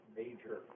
major